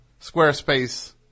Squarespace